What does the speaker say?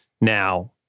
now